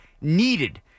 needed